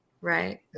Right